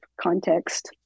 context